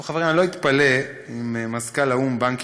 חברים, אני לא אתפלא אם מזכ"ל האו"ם, באן קי-מון,